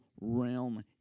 realm